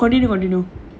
continue continue